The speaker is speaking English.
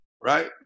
right